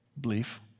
Belief